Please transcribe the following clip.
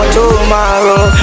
tomorrow